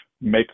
make